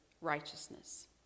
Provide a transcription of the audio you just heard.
righteousness